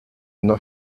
una